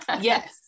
yes